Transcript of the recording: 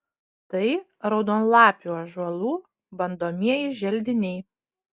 tai raudonlapių ąžuolų bandomieji želdiniai